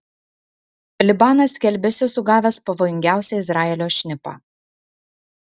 libanas skelbiasi sugavęs pavojingiausią izraelio šnipą